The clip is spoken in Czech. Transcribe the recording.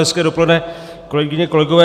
Hezké dopoledne, kolegyně, kolegové.